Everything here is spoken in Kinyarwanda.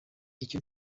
icyo